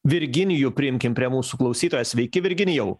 virginijų priimkim prie mūsų klausytoją sveiki virginijau